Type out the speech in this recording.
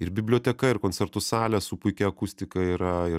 ir biblioteka ir koncertų salė su puikia akustika yra ir